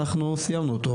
אנחנו סיימנו אותו,